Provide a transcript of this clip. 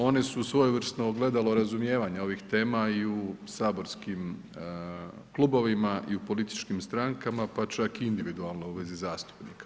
One su svojevrsno ogledalo razumijevanja ovih tema i u saborskim klubovima i u političkim strankama pa čak i individualno u vezi zastupnika.